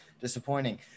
disappointing